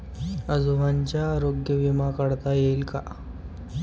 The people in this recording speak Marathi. आजोबांचा आरोग्य विमा काढता येईल का?